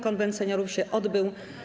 Konwent Seniorów się odbył.